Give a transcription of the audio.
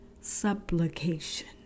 supplication